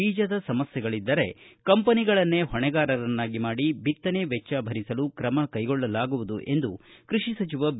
ಬೀಜದ ಸಮಸ್ಯೆಗಳದ್ದರೆ ಕಂಪನಿಗಳನ್ನೆ ಹೊಣೆಗಾರರನ್ನಾಗಿ ಮಾಡಿ ಬಿತ್ತನೆ ವೆಚ್ಚ ಭರಿಸಲು ಕ್ರಮ ಕೈಗೊಳ್ಳಲಾಗುವುದು ಎಂದು ಕೃಷಿ ಸಚಿವ ಬಿ